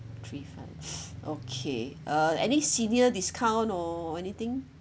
three five okay uh any senior discount or anything